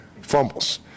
fumbles